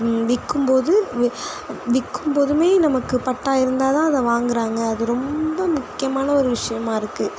விற்கும்போது வெ விற்கும்போதுமே நமக்கு பட்டா இருந்தால்தான் அதை வாங்குகிறாங்க அது ரொம்ப முக்கியமான ஒரு விஷயமாக இருக்குது